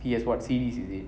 he has what series is it